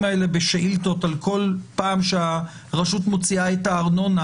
האלה בשאילתות על כל פעם שהרשות מוציאה את הארנונה,